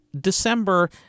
December